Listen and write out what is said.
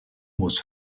was